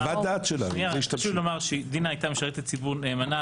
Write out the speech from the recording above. חשוב לומר שדינה הייתה משרתת ציבור נאמנה